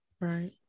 Right